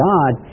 God